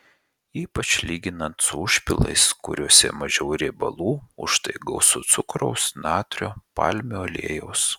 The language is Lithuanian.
ypač lyginant su užpilais kuriuose mažiau riebalų užtai gausu cukraus natrio palmių aliejaus